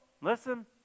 listen